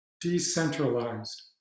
decentralized